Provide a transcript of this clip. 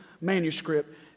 manuscript